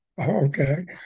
okay